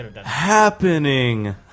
happening